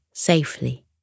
Safely